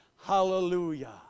hallelujah